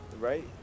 Right